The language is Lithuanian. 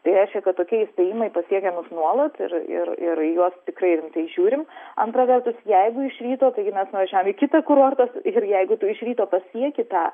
tai reiškia kad tokie įspėjimai pasiekia nuolat ir ir ir į juos tikrai rimtai žiūrim antra vertus jeigu iš ryto taigi mes nuvažiavom į kitą kurortą ir jeigu tu iš ryto pasieki tą